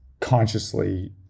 consciously